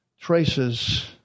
traces